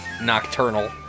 nocturnal